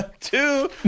Two